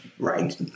Right